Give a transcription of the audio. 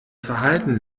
verhalten